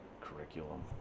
curriculum